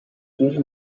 huge